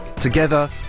Together